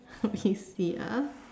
let me see ah